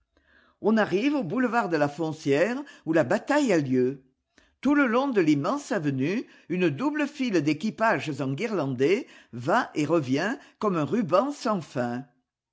on arrive au boulevard de la foncière où la bataille a lieu tout le long de l'immense avenue une double file d'équipages enguirlandés va et revient comme un ruban sans fin